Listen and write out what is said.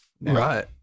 Right